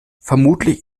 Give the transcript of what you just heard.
vermutlich